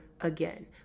again